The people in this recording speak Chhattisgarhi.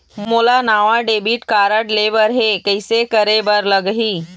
मोला नावा डेबिट कारड लेबर हे, कइसे करे बर लगही?